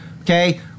okay